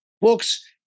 Books